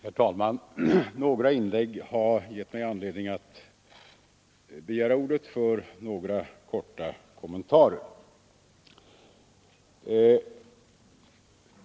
Herr talman! En del inlägg har gett mig anledning att begära ordet för några korta kommentarer.